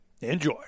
Enjoy